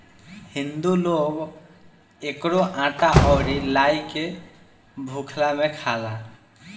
हिंदू लोग एकरो आटा अउरी लाई के भुखला में खाला